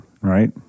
right